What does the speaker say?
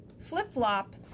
flip-flop